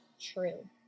true